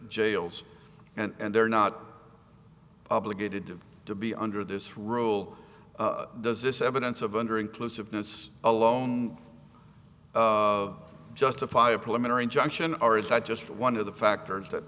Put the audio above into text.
jails and they're not obligated to be under this rule does this evidence of under inclusiveness alone justify a preliminary injunction or is that just one of the factors that